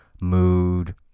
mood